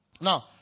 Now